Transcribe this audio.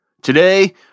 today